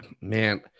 man